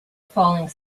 falling